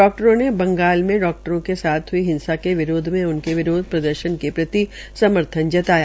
डाक्टरों ने बंगाल में डाक्टरों के साथ हई हिंसा के विरोध मे उनके विरोध प्रदर्शन के प्रति समर्थन जताया